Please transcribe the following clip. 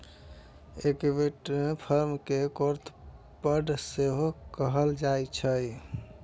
equity fund कें growth fund सेहो कहल जाइ छै